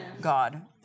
God